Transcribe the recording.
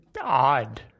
odd